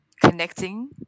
connecting